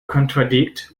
contradict